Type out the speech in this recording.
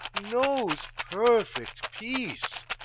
knows perfect peace,